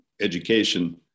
education